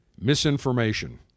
misinformation